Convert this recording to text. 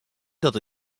dat